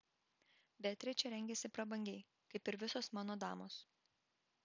beatričė rengiasi prabangiai kaip ir visos mano damos